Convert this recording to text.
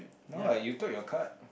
no ah you took your card